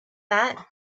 that